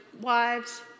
wives